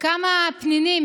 כמה פנינים,